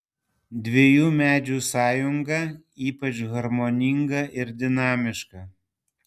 dviejų medžių sąjunga ypač harmoninga ir dinamiška